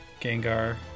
Gengar